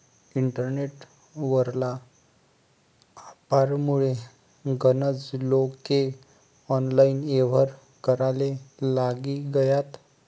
internet वरला यापारमुये गनज लोके ऑनलाईन येव्हार कराले लागी गयात